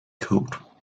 code